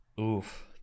Oof